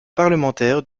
parlementaire